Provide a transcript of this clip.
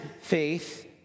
faith